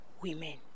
women